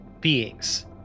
beings